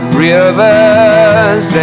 rivers